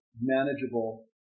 manageable